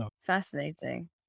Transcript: Fascinating